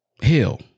Hell